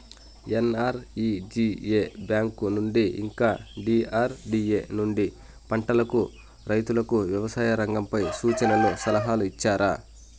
NREGA bank నుండి ఇంకా DRDA నుండి పంటలకు రైతుకు వ్యవసాయ రంగంపై సూచనలను సలహాలు ఇచ్చారా